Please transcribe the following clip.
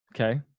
Okay